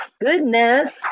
Goodness